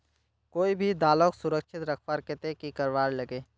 कोई भी दालोक सुरक्षित रखवार केते की करवार लगे?